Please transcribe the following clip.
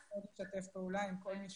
ונשמח לשתף פעולה עם כל מי